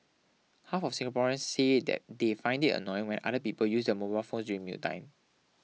half of Singaporeans say that they find it annoying when other people use their mobile phone during mealtime